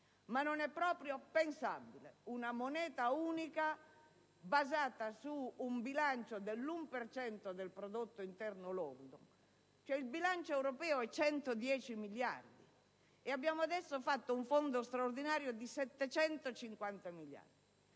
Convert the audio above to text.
ma non è proprio pensabile una moneta unica basata su un bilancio dell'1 per cento del prodotto interno lordo. Il bilancio europeo è di 110 miliardi e abbiamo adesso fatto un fondo straordinario di 750 miliardi.